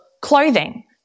clothing